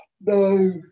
no